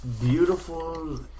beautiful